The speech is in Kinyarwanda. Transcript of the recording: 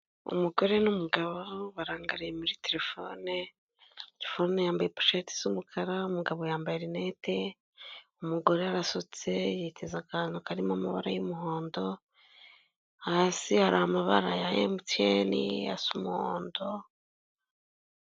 Umugore n'umugabo barangariye muri telefone yambaye poshete isa umukara umugabo yambaye rinete, umugore yarasutse yiteze akantu karimo amabara y'umuhondo hasi hari amabara ya emutiyeni asa umuhondo.